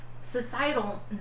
societal